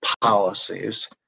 policies